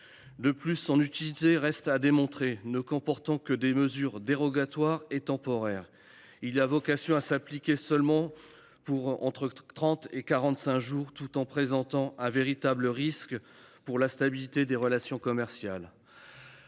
De plus, son utilité reste à démontrer. Ne comportant que des mesures dérogatoires et temporaires, ce texte a vocation à s’appliquer seulement entre trente et quarante cinq jours, mais présente un véritable risque pour la stabilité des relations commerciales.